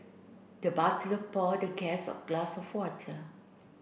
the butler pour the guest a glass of water